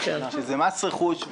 שזה מס רכוש,